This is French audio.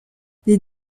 les